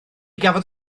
gafodd